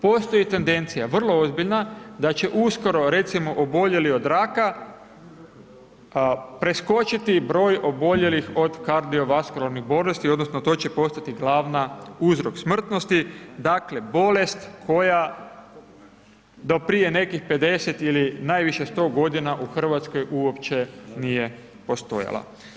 Postoji tendencija vrlo ozbiljna, da će uskoro, recimo oboljeli od raka, preskočiti broj oboljelih od kardiovaskularnih bolesti, odnosno, to će postiti glavna uzrok smrtnosti, dakle, bolest koja do prije nekih 50 ili najviše 100 g. u Hrvatskoj, uopće nije postojala.